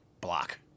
block